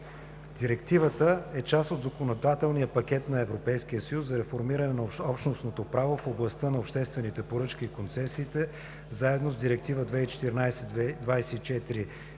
Директивата е част от законодателния пакет на ЕС за реформиране на Общностното право в областта на обществените поръчки и концесиите, заедно с Директива 2014/24/ЕС